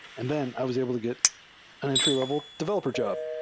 and then i was able to get an entry level developer job.